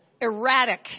erratic